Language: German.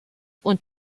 und